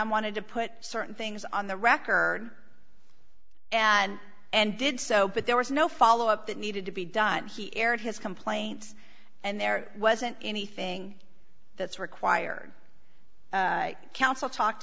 gillingham wanted to put certain things on the record and and did so but there was no follow up that needed to be done he aired his complaints and there wasn't anything that's required counsel talked